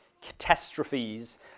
Catastrophes